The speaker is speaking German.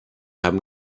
haben